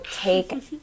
take